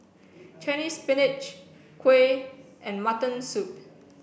Chinese Spinach Kuih and Mutton Soup